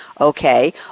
Okay